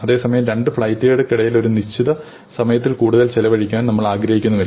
അതേസമയംരണ്ടു ഫ്ലൈറ്റുകൾക്കിടയിൽ ഒരു നിശ്ചിത സമയത്തിൽക്കൂടുതൽ ചെലവഴിക്കാൻ നമ്മൾ ആഗ്രഹിക്കുന്നില്ല